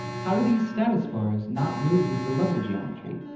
how do these status bars not move with the level geometry?